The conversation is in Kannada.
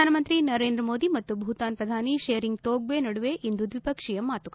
ಪ್ರಧಾನಮಂತ್ರಿ ನರೇಂದ್ರಮೋದಿ ಮತ್ತು ಭೂತಾನ್ ಪ್ರಧಾನಿ ಶೆರಿಂಗ್ ತೊಗ್ಗೆ ನಡುವೆ ಇಂದು ದ್ವಿಪಕ್ಷೀಯ ಮಾತುಕತೆ